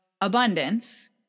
abundance